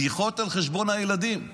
בדיחות על חשבון הילדים.